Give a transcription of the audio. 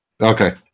Okay